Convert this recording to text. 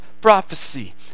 prophecy